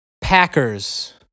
Packers